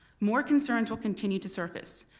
more concerns will continue to surface.